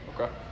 Okay